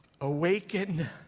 awaken